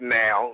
now